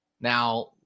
Now